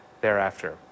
thereafter